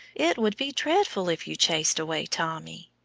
it would be dreadful if you chased away tommy.